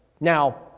Now